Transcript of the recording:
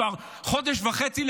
כבר חודש וחצי,